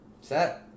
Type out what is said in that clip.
Set